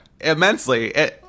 Immensely